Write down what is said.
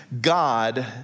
God